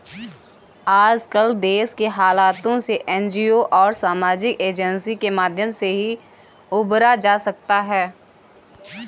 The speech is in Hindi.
आजकल देश के हालातों से एनजीओ और सामाजिक एजेंसी के माध्यम से ही उबरा जा सकता है